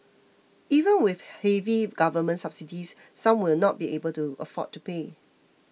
even with heavy government subsidies some will not be able to afford to pay